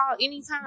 anytime